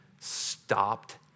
stopped